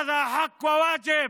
זו זכות וחובה,